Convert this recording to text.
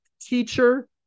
teacher